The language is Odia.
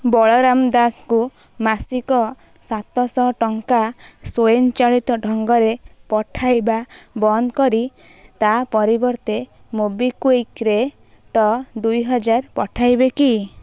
ବଳରାମ ଦାସକୁ ମାସିକ ସାତଶହ ଟଙ୍କା ସ୍ୱୟଂ ଚାଳିତ ଢ଼ଙ୍ଗରେ ପଠାଇବା ବନ୍ଦ କରି ତା ପରିବର୍ତ୍ତେ ମୋବିକ୍ଵିକ୍ରେ ଟ ଦୁଇ ହଜାର ପଠାଇବେ କି